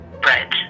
bread